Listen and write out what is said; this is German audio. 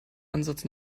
ansatz